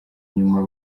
nyuma